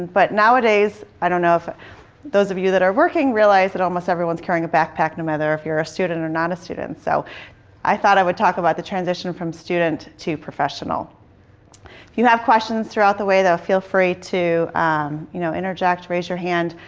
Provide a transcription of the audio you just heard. but nowadays, i don't know if those of you that are working realize that almost everyone's carrying a backpack no matter if you're a student or not a student. so i thought i would talk about the transition from student to professional. if you have questions throughout the way though, feel free to um you know interject, raise your hand.